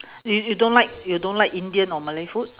you you don't like you don't like indian or malay food